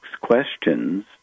questions